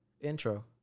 intro